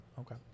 Okay